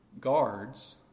guards